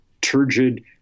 turgid